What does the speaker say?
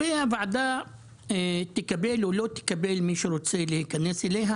והוועדה תקבל או לא תקבל את מי שרוצה להיכנס אליה,